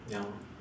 ya lor